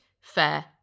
fair